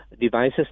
devices